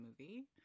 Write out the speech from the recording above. movie